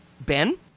ben